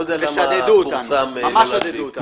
לא יודע למה פורסם לא להדביק.